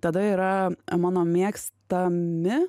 tada yra mano mėgstami